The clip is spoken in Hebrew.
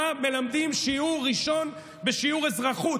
מה שמלמדים בשיעור ראשון באזרחות,